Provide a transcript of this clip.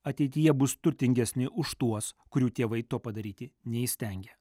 ateityje bus turtingesni už tuos kurių tėvai to padaryti neįstengia